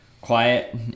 quiet